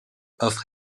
offre